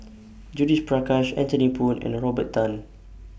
Judith Prakash Anthony Poon and Robert Tan